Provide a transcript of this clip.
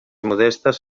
modestes